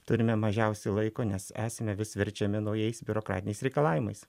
turime mažiausiai laiko nes esame vis verčiami naujais biurokratiniais reikalavimais